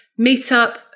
meetup